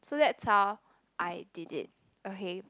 so that's how I did it okay